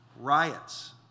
riots